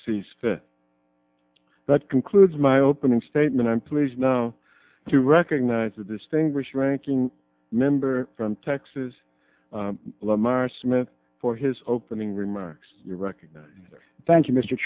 sees fit that concludes my opening statement i'm pleased now to recognize a distinguished ranking member from texas lamar smith for his opening remarks you recognize or thank you mr